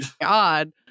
God